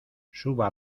suba